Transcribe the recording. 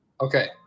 Okay